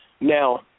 Now